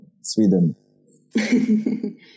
Sweden